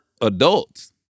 adults